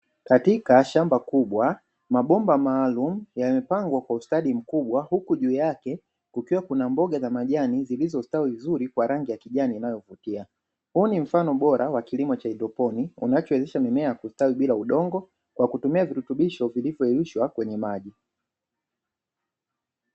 Katika shamba kubwa, mabomba maalumu yamepangwa kwa ustadi mkubwa huku juu yake kukiwa kuna mboga za majani zilizostawi vizuri kwa rangi ya kijani inayovutia, huu ni mfano bora wa kilimo cha haidroponi unachowezesha mimea kustawi bila udongo, kwa kutumia virutubisho vilivyoyeyushwa kwenye maji.